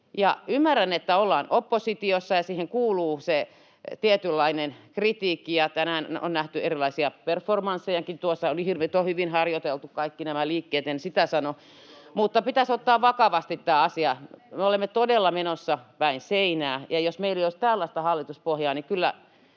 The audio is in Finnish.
Ymmärrän, että ollaan oppositiossa ja siihen kuuluu se tietynlainen kritiikki, ja tänään on nähty erilaisia performanssejakin — oli hyvin harjoiteltu kaikki nämä liikkeet, en sitä sano — [Jouni Ovaskan välihuuto] mutta pitäisi ottaa vakavasti tämä asia. Me olemme todella menossa päin seinää, ja jos meillä ei olisi tällaista hallituspohjaa,